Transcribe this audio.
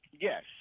Yes